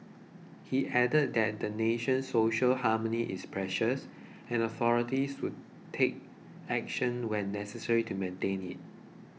he added that the nation's social harmony is precious and authorities will take action when necessary to maintain it